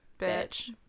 Bitch